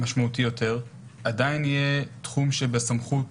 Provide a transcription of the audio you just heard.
משמעותי יותר, עדיין יהיה תחום שבסמכות